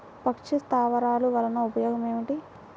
పక్షి స్థావరాలు వలన ఉపయోగం ఏమిటి?